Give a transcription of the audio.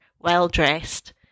well-dressed